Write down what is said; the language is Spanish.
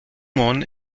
moon